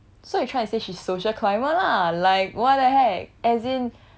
trying to say she's social climber lah like what the heck as in